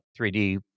3D